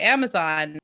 Amazon